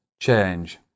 change